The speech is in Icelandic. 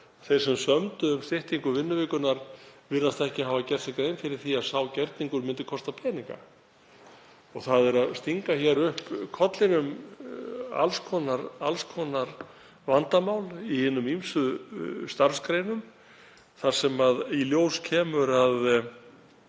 þeir sem sömdu um styttingu vinnuvikunnar virðast ekki hafa gert sér grein fyrir því að sá gjörningur myndi kosta peninga. Nú eru að stinga upp kollinum alls konar vandamál í hinum ýmsu starfsgreinum þar sem kemur í ljós að